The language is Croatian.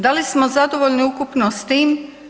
Da li smo zadovoljni ukupno s tim?